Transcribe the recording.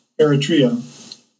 Eritrea